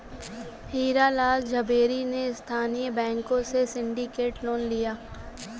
हीरा लाल झावेरी ने स्थानीय बैंकों से सिंडिकेट लोन लिया